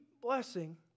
blessing